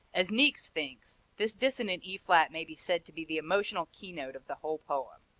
as niecks thinks, this dissonant e flat may be said to be the emotional keynote of the whole poem.